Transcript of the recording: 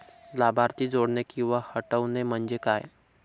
लाभार्थी जोडणे किंवा हटवणे, म्हणजे काय?